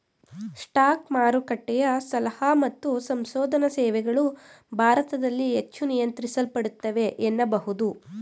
stock ಮಾರುಕಟ್ಟೆಯ ಸಲಹಾ ಮತ್ತು ಸಂಶೋಧನಾ ಸೇವೆಗಳು ಭಾರತದಲ್ಲಿ ಹೆಚ್ಚು ನಿಯಂತ್ರಿಸಲ್ಪಡುತ್ತವೆ ಎನ್ನಬಹುದು